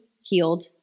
healed